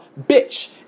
bitch